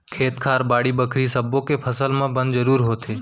खेत खार, बाड़ी बखरी सब्बो के फसल म बन जरूर होथे